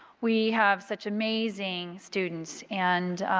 we have such amazing students. and,